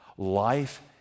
Life